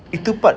ya